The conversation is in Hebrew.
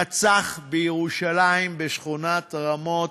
רצח בירושלים, בשכונת רמות,